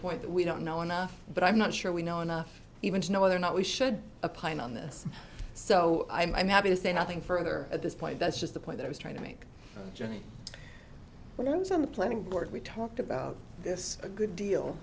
point that we don't know enough but i'm not sure we know enough even to know whether or not we should apply in on this so i'm happy to say nothing further at this point that's just the point i was trying to make jenny when i was on the planning board we talked about this a good deal